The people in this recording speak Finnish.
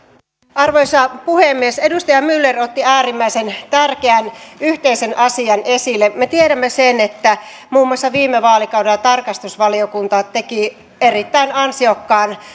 arvoisa puhemies edustaja myller otti äärimmäisen tärkeän yhteisen asian esille me tiedämme sen että muun muassa viime vaalikaudella tarkastusvaliokunta teki erittäin ansiokkaan